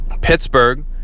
Pittsburgh